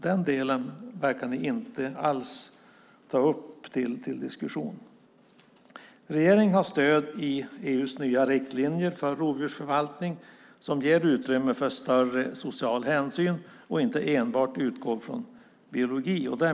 Den delen verkar ni inte alls ta upp till diskussion. Regeringen har stöd i EU:s nya riktlinjer för rovdjursförvaltning som ger utrymme för större social hänsyn och inte enbart utgår från biologi.